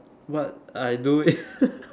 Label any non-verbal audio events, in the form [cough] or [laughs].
what I do is [laughs]